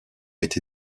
été